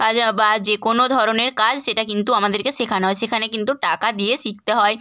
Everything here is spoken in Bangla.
আর বা যে কোনো ধরনের কাজ সেটা কিন্তু আমাদেরকে শেখানো হয় সেখানে কিন্তু টাকা দিয়ে শিখতে হয়